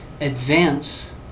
advance